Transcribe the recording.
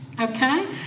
okay